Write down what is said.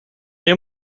nie